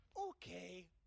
Okay